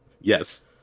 yes